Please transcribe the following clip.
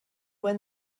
when